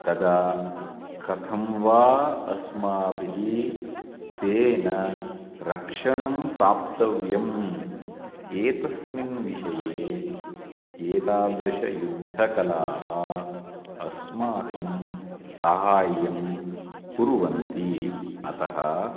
तदा कथं वा अस्माभिः तेन रक्षणं प्राप्तव्यम् एतस्मिन् विषये एतादृश युद्धकलाः अस्माकं साहाय्यं कुर्वन्ति अतः